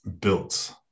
built